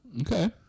Okay